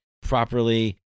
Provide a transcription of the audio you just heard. properly